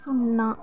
సున్నా